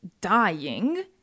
dying